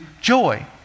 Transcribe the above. joy